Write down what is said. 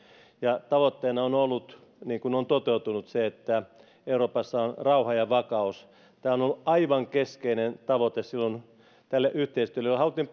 ja tavoitteena on ollut niin kuin on toteutunut se että euroopassa on rauha ja vakaus tämä on ollut aivan keskeinen tavoite silloin tälle yhteistyölle haluttiin